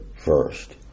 first